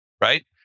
right